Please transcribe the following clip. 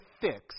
fix